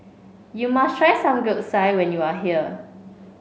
you must try Samgeyopsal when you are here